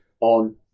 on